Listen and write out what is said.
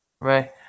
Right